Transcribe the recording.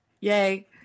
yay